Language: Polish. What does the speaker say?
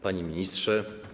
Panie Ministrze!